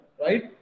right